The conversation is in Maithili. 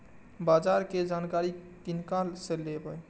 बाजार कै जानकारी किनका से लेवे?